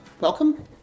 Welcome